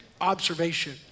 observation